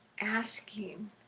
asking